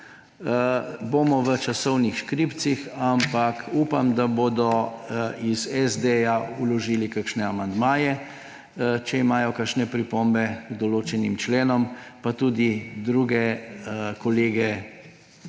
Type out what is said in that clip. Bomo v časovnih škripcih, ampak upam, da bodo iz SD vložili kakšne amandmaje, če imajo kakšne pripombe k določenim členom. Pa tudi druge kolege